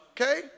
Okay